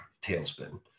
tailspin